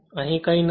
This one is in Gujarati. અહીં કંઈ નથી